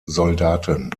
soldaten